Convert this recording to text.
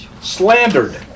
slandered